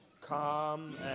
calm